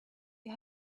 you